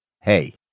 Hey